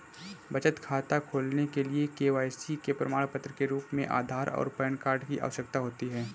बचत खाता खोलने के लिए के.वाई.सी के प्रमाण के रूप में आधार और पैन कार्ड की आवश्यकता होती है